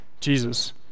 Jesus